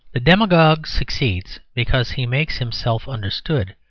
the demagogue succeeds because he makes himself understood,